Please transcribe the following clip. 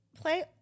Play